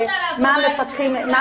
זו